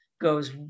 goes